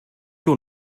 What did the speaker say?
your